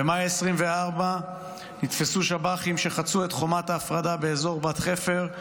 במאי 2024 נתפסו שב"חים שחצו את חומת ההפרדה באזור בת חפר,